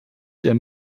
der